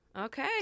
Okay